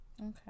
Okay